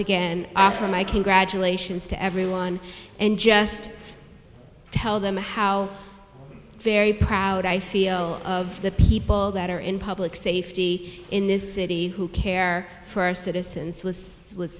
again offer my congratulations to everyone and just tell them how very proud i feel of the people that are in public safety in this city who care for our citizens was